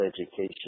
education